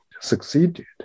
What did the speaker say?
succeeded